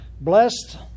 blessed